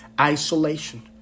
Isolation